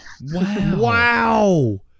Wow